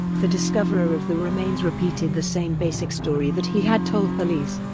the discoverer of the remains repeated the same basic story that he had told police.